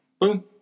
Boom